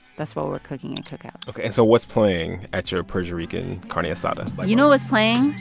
that's what we're cooking at cookouts ok. and so what's playing at your persia-rican carne asada? you know what's playing